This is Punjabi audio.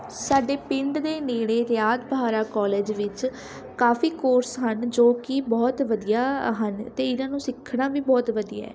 ਸਾਡੇ ਪਿੰਡ ਦੇ ਨੇੜੇ ਰਿਆਤ ਬਹਾਰਾ ਕੋਲੇਜ ਵਿੱਚ ਕਾਫ਼ੀ ਕੋਰਸ ਹਨ ਜੋ ਕਿ ਬਹੁਤ ਵਧੀਆ ਹਨ ਅਤੇ ਇਹਨਾਂ ਨੂੰ ਸਿੱਖਣਾ ਵੀ ਬਹੁਤ ਵਧੀਆ ਹੈ